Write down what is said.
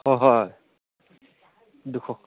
অঁ হয় দুশ